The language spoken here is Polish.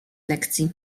lekcji